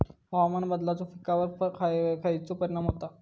हवामान बदलाचो पिकावर खयचो परिणाम होता?